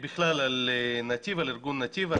בכלל על נתיב, על ארגון נתיב.